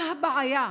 מה הבעיה,